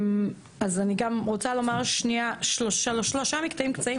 אז אני גם רוצה לומר שנייה שלושה מקטעים קצרים